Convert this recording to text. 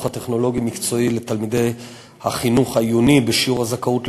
הטכנולוגי-מקצועי לתלמידי החינוך העיוני בשיעור הזכאות לבגרות,